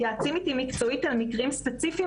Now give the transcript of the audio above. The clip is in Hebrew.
מתייעצים איתי מקצועית על מקרים ספציפיים